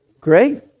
great